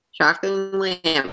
Shockingly